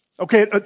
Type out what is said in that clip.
Okay